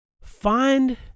Find